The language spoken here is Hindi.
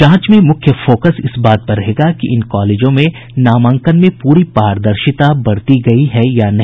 जांच में मुख्य फोकस इस बात पर रहेगा कि इन कॉलेजों में नामांकन में पूरी पारदर्शिता बरती गयी या नहीं